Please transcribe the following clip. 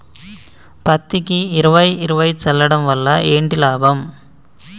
పత్తికి ఇరవై ఇరవై చల్లడం వల్ల ఏంటి లాభం?